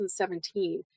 2017